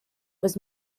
was